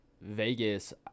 Vegas